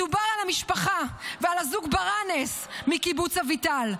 מדובר על המשפחה ועל הזוג ברנס מקיבוץ אביטל,